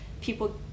people